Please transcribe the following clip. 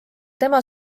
tema